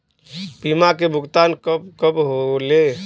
बीमा के भुगतान कब कब होले?